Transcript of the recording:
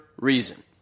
reason